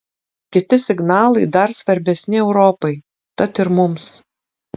kiti signalai dar svarbesni europai tad ir mums